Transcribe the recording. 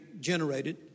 generated